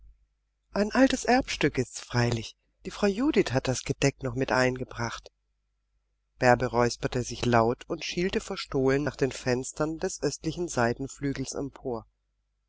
ein altes erbstück ist's freilich die frau judith hat das gedeck noch mit eingebracht bärbe räusperte sich laut und schielte verstohlen nach den fenstern des östlichen seitenflügels empor